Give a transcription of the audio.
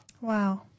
Wow